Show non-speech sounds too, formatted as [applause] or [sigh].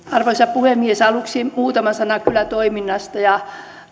[unintelligible] arvoisa puhemies aluksi muutama sana kylätoiminnasta ja